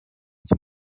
zum